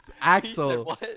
Axel